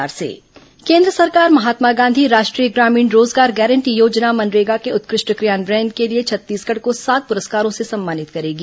मनरेगा पुरस्कार केन्द्र सरकार महात्मा गांधी राष्ट्रीय ग्रामीण रोजगार गारंटी योजना मनरेगा के उत्कृष्ट क्रियान्वयन के लिए छत्तीसगढ़ को सात पुरस्कारों से सम्मानित करेगी